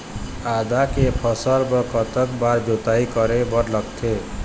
आदा के फसल बर कतक बार जोताई करे बर लगथे?